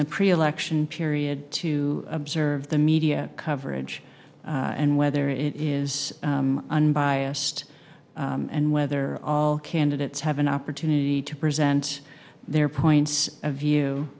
the pre election period to observe the media coverage and whether it is unbiased and whether all candidates have an opportunity to present their points of